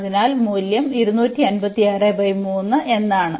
അതിനാൽ മൂല്യം എന്നാണ്